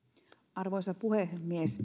arvoisa puhemies